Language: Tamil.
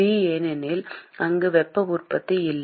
பி ஏனெனில் அங்கு வெப்ப உற்பத்தி இல்லை